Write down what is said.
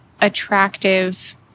attractive